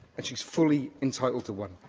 and she's fully entitled to one,